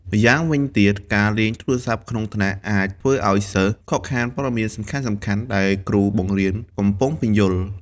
ម្យ៉ាងវិញទៀត ការលេងទូរស័ព្ទក្នុងថ្នាក់អាចធ្វើឱ្យសិស្សខកខានព័ត៌មានសំខាន់ៗដែលគ្រូបង្រៀនកំពុងពន្យល់។